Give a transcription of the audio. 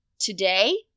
today